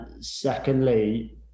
secondly